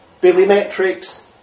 Bibliometrics